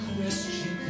question